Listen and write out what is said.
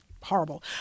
horrible